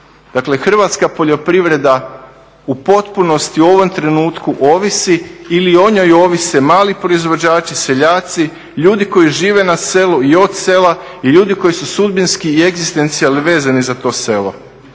Dakle hrvatska poljoprivreda u potpunosti u ovom trenutku ovisi ili o njoj ovise mali proizvođači, seljaci, ljudi koji žive na selu i od sela i ljudi koji su sudbinski i egzistencijalno vezani za to selo.